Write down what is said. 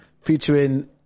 featuring